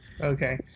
Okay